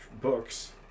books